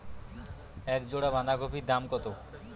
এক জোড়া বাঁধাকপির দাম কত?